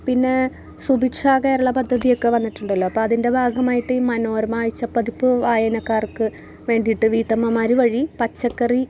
പിന്നെ സുഭിക്ഷകേരള പദ്ധതിയൊക്കെ വന്നിട്ടുണ്ടല്ലോ അപ്പം അതിൻ്റെ ഭാഗമായിട്ട് മനോരമ ആഴ്ച്ച പ്പതിപ്പ് വായനക്കാർക്ക് വേണ്ടീട്ട് വീട്ടമ്മമാർ വഴി പച്ചക്കറി